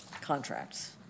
contracts